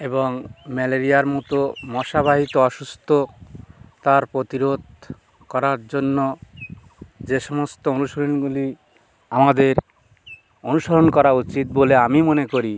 এবং ম্যালেরিয়ার মতো মশাবাহিত অসুস্থতার প্রতিরোধ করার জন্য যে সমস্ত অনুশীলনগুলি আমাদের অনুসরণ করা উচিত বলে আমি মনে করি